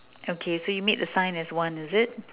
okay so you made the sign as one is it